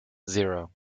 zero